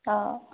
অঁ